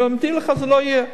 אני מבטיח לך: לא יהיה.